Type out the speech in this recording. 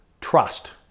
trust